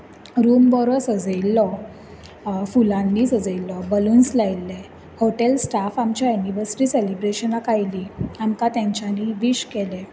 room बरो सजयल्लो फुलान बी सजयल्लो बलून्स लायिल्ले हॉटेल स्टाफ आमच्या एनिवर्सरी सेलब्रेशनाक आयलीं तेंच्यांनी वीश केलें